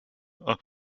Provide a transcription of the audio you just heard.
also